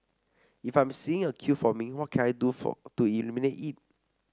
if I'm seeing a queue forming what can I do for to eliminate it